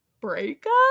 breakup